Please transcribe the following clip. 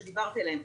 שדיברתם עליהם,